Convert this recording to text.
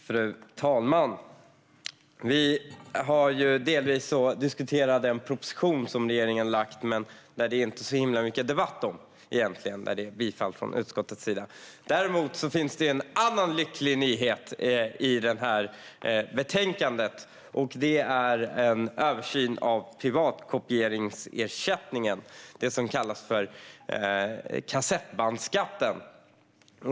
Fru talman! Vi har delvis diskuterat den proposition som regeringen har lagt fram. Men det är egentligen inte så mycket debatt när det är bifall från utskottets sida. Däremot finns det en annan lycklig nyhet i betänkandet. Det är en översyn av privatkopieringsersättningen, det som kallas för kassettbandsskatten.